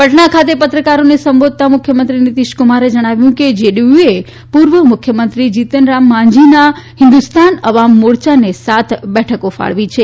પટણા ખાતે પત્રકારોને સંબોધતા મુખ્યમંત્રી નીતીશ કુમારે જણાવ્યું કે જેડીયુ પુર્વ મુખ્યમંત્રી જીનતરામ માઝીના હીન્દુસ્તાન અવામ મોર્યાને સાત બેઠકો આપી છે